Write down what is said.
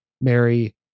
Mary